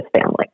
family